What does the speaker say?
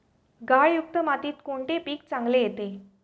गाळयुक्त मातीत कोणते पीक चांगले येते?